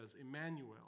Emmanuel